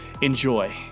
enjoy